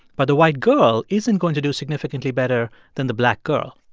but the white girl isn't going to do significantly better than the black girl.